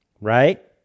right